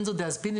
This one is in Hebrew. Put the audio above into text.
בנזודיאזפינים,